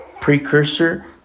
precursor